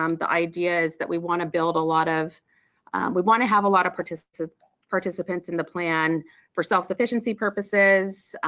um the idea is that we want to build a lot of we want to have a lot of participants ah participants in the plan for self-sufficiency purposes.